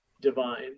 divine